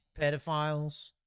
pedophiles